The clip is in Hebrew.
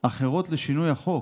אחרות לשינוי החוק.